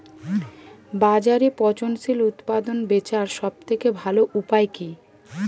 বাজারে পচনশীল উৎপাদন বেচার সবথেকে ভালো উপায় কি?